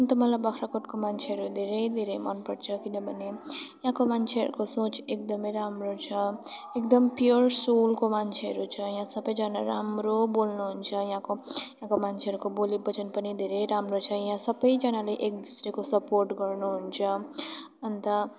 अन्त मलाई बाख्राकोटको मान्छेहरू धेरै धेरै मनपर्छ किनभने यहाँको मान्छेहरूको सोच एकदमै राम्रो छ एकदम प्योर सोलको मान्छेहरू छ यहाँ सबैजना राम्रो बोल्नुहुन्छ यहाँको यहाँको मान्छेहरूको बोली वचन पनि धेरै राम्रो छ यहाँ सबैजनाले एक दोसरोको सपोर्ट गर्नुहुन्छ अन्त